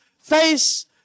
face